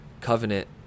covenant